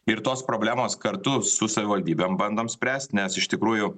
ir tos problemos kartu su savivaldybėm bandom spręst nes iš tikrųjų